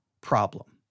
problem